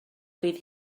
fydd